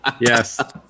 yes